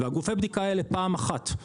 וגופי הבדיקה האלה פעם אחת,